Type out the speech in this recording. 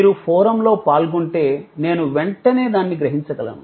మీరు ఫోరమ్లో పాల్గొంటే నేను వెంటనే దాన్ని గ్రహించగలను